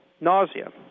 nausea